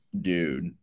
Dude